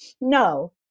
No